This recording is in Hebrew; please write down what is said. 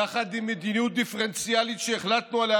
יחד עם מדיניות דיפרנציאלית שהחלטנו עליה